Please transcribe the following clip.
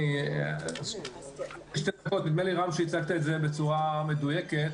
רם, נדמה לי שהצגת את זה בצורה מדויקת.